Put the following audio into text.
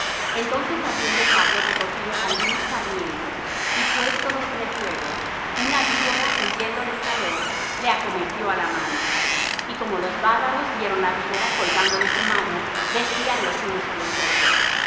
entonces habiendo pablo recogido algunos sarmientos y puéstolos en el fuego una víbora huyendo del calor le acometió á la mano y como los bárbaros vieron la víbora colgando de su mano decían los unos á los otros